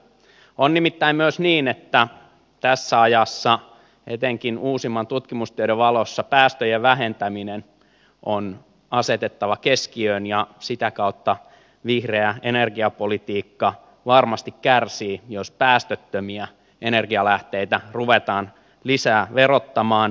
on nimittäin myös niin että tässä ajassa etenkin uusimman tutkimustiedon valossa päästöjen vähentäminen on asetettava keskiöön ja sitä kautta vihreä energiapolitiikka varmasti kärsii jos päästöttömiä energialähteitä ruvetaan lisää verottamaan